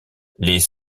les